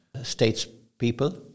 statespeople